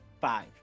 five